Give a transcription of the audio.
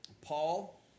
Paul